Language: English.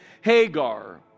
Hagar